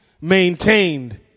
maintained